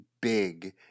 big